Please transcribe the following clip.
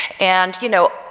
and, you know,